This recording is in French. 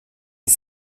des